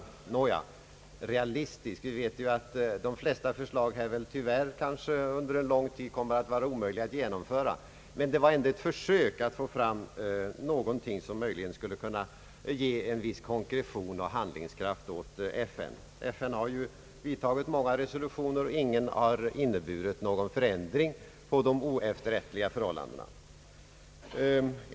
Nåja, realistisk — vi vet att de flesta förslag tyvärr under en lång tid kommer att vara omöjliga att genomföra, men det var ändå ett försök att få fram någonting som skulle kunna ge en viss konkretion och handlingskraft åt FN — FN har ju antagit många resolutioner, men ingen har medfört någon ändring av de oefterrättliga förhållandena.